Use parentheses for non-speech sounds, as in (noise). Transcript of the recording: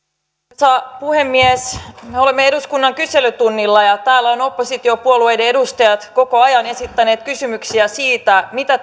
arvoisa puhemies me olemme eduskunnan kyselytunnilla ja täällä ovat oppositiopuolueiden edustajat koko ajan esittäneet kysymyksiä siitä mitä (unintelligible)